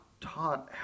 taught